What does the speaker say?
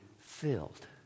filled